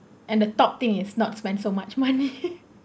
and the top thing is not spend so much money